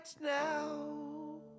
now